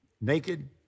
naked